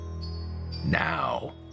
Now